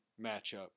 matchup